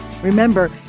Remember